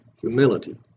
humility